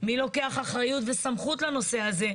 מי לוקח אחריות וסמכות לנושא הזה,